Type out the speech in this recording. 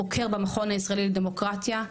חוקר במכון הישראלי לדמוקרטיה,